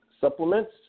supplements